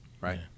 right